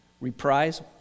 Reprise